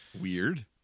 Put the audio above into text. weird